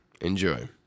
Enjoy